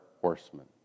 horsemen